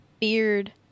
beard